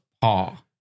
paw